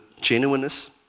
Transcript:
genuineness